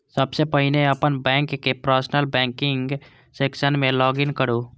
सबसं पहिने अपन बैंकक पर्सनल बैंकिंग सेक्शन मे लॉग इन करू